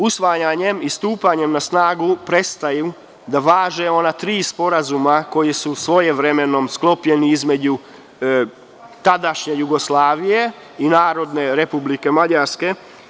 Usvajanjem i stupanjem na snagu prestaju da važe ona tri sporazuma koji su svojevremeno sklopljeni između tadašnje Jugoslavije i Narodne Republike Mađarske.